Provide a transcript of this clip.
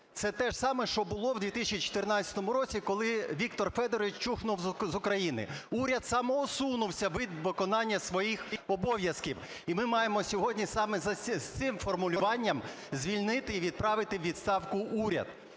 це те ж саме, що було в 2014 році, коли Віктор Федорович чухнув з України: уряд самоусунувся від виконання своїх обов’язків. І ми маємо сьогодні саме з цим формулюванням звільнити і відправити у відставку уряд.